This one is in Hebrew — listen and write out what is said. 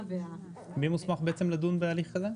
מי מוסמך לדון בהליך כזה?